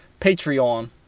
Patreon